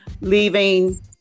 leaving